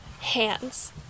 Hands